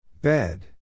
Bed